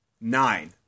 Nine